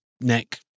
neck